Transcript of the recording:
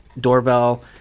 doorbell